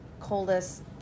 coldest